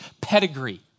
pedigree